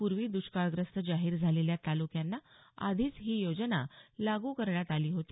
पूर्वी दष्काळग्रस्त जाहीर झालेल्या तालुक्यांना आधीच ही योजना लागू करण्यात आली होती